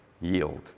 Yield